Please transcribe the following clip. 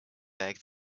bag